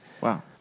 Wow